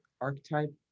archetype